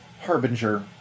Harbinger